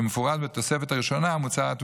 כמפורט בתוספת הראשונה המוצעת,